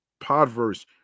Podverse